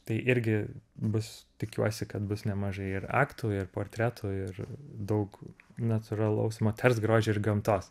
tai irgi bus tikiuosi kad bus nemažai ir aktų ir portretų ir daug natūralaus moters grožio ir gamtos